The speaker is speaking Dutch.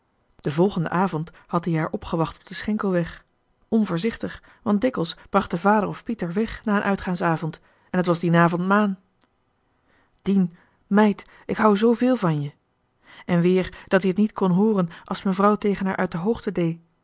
de volgende avond had ie haar opgewacht op de schenkelweg onvoorzichtig want dik'els brachten vader of piet er weg na een uitgaansavent en et was die n avent maan dien meid ik hou zooveel van je en weer dat-ie et niet kon hooren a's mevrouw tegen haar uit de hoogte